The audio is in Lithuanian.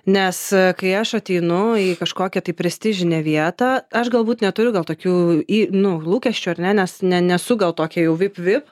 nes kai aš ateinu į kažkokią tai prestižinę vietą aš galbūt neturiu gal tokių į nu lūkesčių ar ne nes ne nesu gal tokia jau vip vip tai